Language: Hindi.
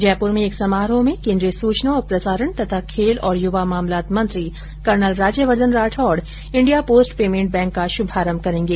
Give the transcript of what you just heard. जयपुर में एक समारोह में केन्द्रीय सूचना और प्रसारण तथा खेल और युवा मामलात मंत्री colonel Rajyavardhan Rathore India post payment bank का शुभारंभ करेंगे